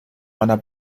meiner